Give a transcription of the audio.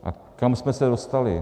A kam jsme se dostali?